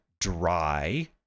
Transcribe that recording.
dry